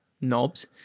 knobs